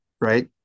Right